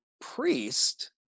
priest